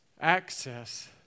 Access